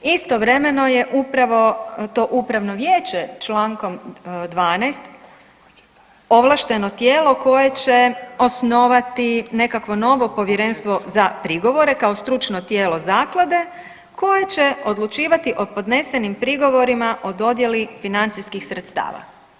Istovremeno je upravo to upravno vijeće Člankom 12. ovlašteno tijelo koje će osnovati nekakvo novo povjerenstvo za prigovore kao stručno tijelo zaklade koje će odlučivati o podnesenim prigovorima o dodjeli financijskih sredstava.